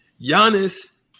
Giannis